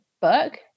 book